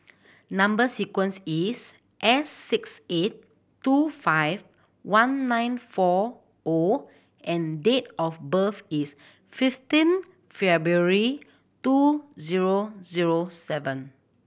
number sequence is S six eight two five one nine four O and date of birth is fifteen February two zero zero seven